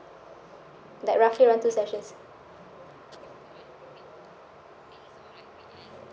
like roughly around two sessions